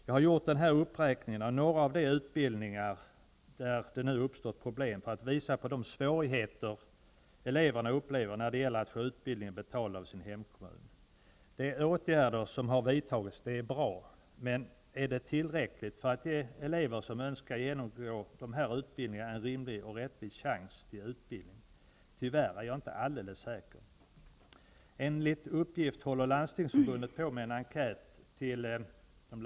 Jag har gjort den här uppräkningen av några av de utbildningar där det nu har uppstått problem för att visa på de svårigheter eleverna upplever när det gäller att få utbildningen betald av sin hemkommun. De åtgärder som har vidtagits är bra. Men är det tillräckligt för att ge elever som önskar genomgå de här utbildningarna en rimlig och rättvis chans till utbildning? Tyvärr är jag inte alldeles säker på det.